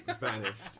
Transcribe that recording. vanished